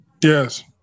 Yes